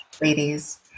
ladies